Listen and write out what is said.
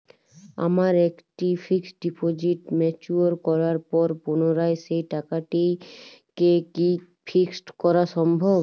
আমার একটি fixed deposit mature করার পর পুনরায় সেই টাকাটিকে কি ফিক্সড করা সম্ভব?